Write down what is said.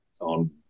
on